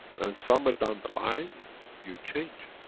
and somewhere down the line you change,